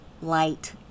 light